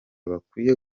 bakwiye